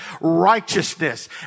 righteousness